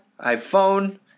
iPhone